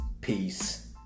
Peace